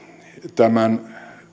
tämän